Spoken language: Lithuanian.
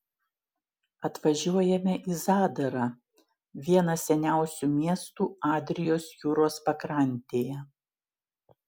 atvažiuojame į zadarą vieną seniausių miestų adrijos jūros pakrantėje